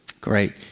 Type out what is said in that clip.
Great